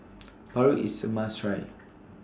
Paru IS A must Try